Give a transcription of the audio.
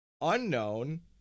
unknown